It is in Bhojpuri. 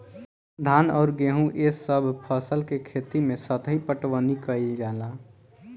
धान अउर गेंहू ए सभ फसल के खेती मे सतही पटवनी कइल जाला